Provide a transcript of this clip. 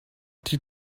die